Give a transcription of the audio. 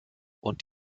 und